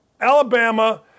Alabama